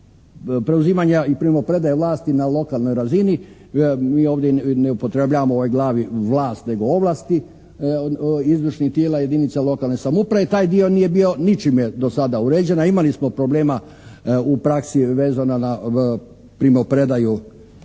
preuzimanja i primopredaje vlasti na lokalnoj razini mi ovdje ne upotrebljavamo u ovoj glavi vlast nego ovlasti izvršnih tijela jedinica lokalne samouprave. Taj dio nije bio ničime do sada uređen a imali smo problema u praksi vezano na primopredaju dužnosti